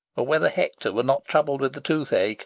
or whether hector were not troubled with the tooth-ache.